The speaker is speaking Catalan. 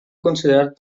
considerat